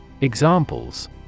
Examples